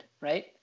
right